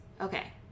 Okay